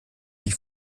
die